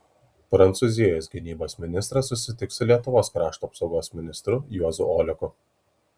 prancūzijos gynybos ministras susitiks su lietuvos krašto apsaugos ministru juozu oleku